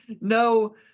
No